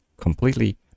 completely